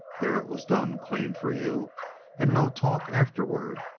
there it was done clean for you and no talk afterward.